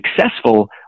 successful